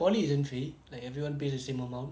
poly isn't free like everyone pays the same amount